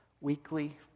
weekly